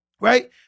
right